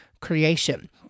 creation